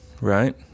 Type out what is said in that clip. Right